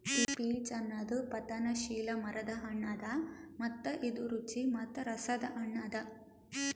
peach ಅನದ್ ಪತನಶೀಲ ಮರದ್ ಹಣ್ಣ ಅದಾ ಮತ್ತ ಇದು ರುಚಿ ಮತ್ತ ರಸದ್ ಹಣ್ಣ ಅದಾ